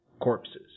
corpses